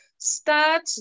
start